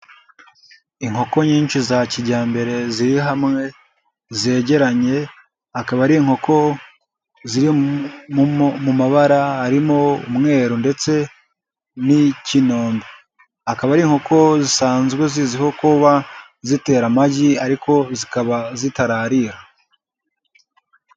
Inkoko nyinshi za kijyambere ziri hamwe zegeranye, akaba ari inkoko ziri mu mabara arimo umweru ndetse n'ikinombe, akaba ari inkoko zisanzwe zizwiho kuba zitera amagi ariko zikaba zitararira.